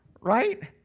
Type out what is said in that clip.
Right